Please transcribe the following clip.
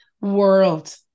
world